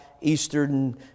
Eastern